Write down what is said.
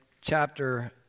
chapter